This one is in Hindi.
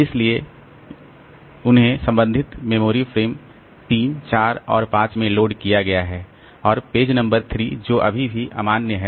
इसलिए उन्हें संबंधित मेमोरी फ्रेम 3 4 और 5 में लोड किया गया है और पेज नंबर 3 जो अभी भी अमान्य है